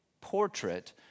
portrait